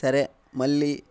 సరే మళ్ళీ